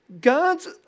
God's